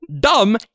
dumb